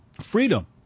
freedom